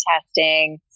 testing